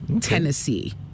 Tennessee